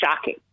shocking